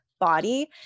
body